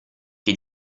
che